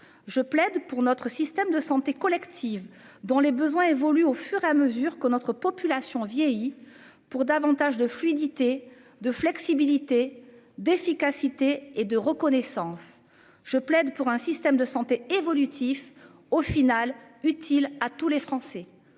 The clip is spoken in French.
je plaide pour notre système de santé collective dont les besoins évoluent au fur et à mesure que notre population vieillit pour davantage de fluidité, de flexibilité, d'efficacité et de reconnaissance. Je plaide pour un système de santé évolutif au final utile à tous les Français.